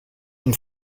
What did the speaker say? und